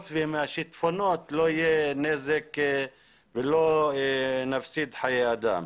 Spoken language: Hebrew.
ומהשיטפונות לא ייגרם נזק ולא נפסיד חיי אדם.